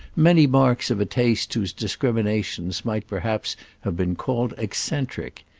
many marks of a taste whose discriminations might perhaps have been called eccentric.